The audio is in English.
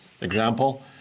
example